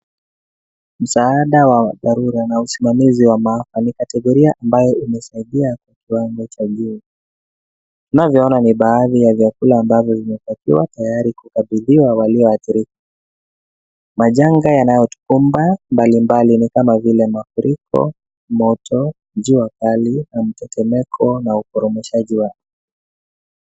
Msaada wa dharura na usimamizi wa maafa ni kategoria ambayo imesaidia kiwango cha juu. Tunavyoona ni baadhi ya vyakula ambavyo vimepakiwa tayari kukabidhiwa walioathirika. Majanga yanayotomba mbalimbali ni kama mafuriko, moto, jua kali na mtetemeko na uporomoshaji wake.